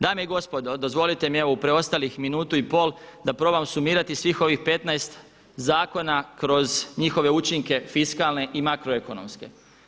Dame i gospodo dozvolite mi evo u preostalih minutu i pol da probam sumirati svih ovih 15 zakona kroz njihove učinke fiskalne i makroekonomske.